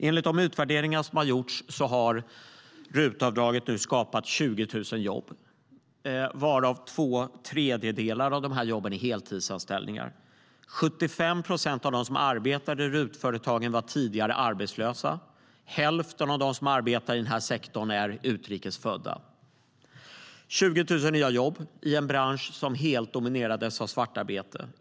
Enligt de utvärderingar som har gjorts har RUT-avdraget skapat 20 000 jobb, varav två tredjedelar är heltidsanställningar. Av dem som arbetar i RUT-företagen var 75 procent tidigare arbetslösa. Hälften av dem som arbetar i den här sektorn är utrikes födda. Det handlar om 20 000 nya jobb i en bransch som innan reformen helt dominerades av svartarbete.